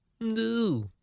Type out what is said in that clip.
No